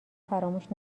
فراموش